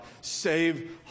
save